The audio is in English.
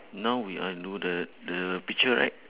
now we all do the the picture right